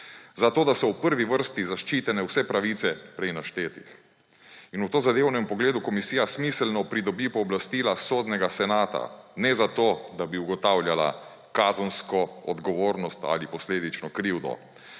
zato da so v prvi vrsti zaščitene vse pravice prej naštetih. In v tozadevnem pogledu komisija smiselno pridobi pooblastila sodnega senata ne zato, da bi ugotavljala kazensko odgovornost ali posledično krivdo,